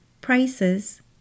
prices